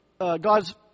God's